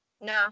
No